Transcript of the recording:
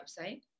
website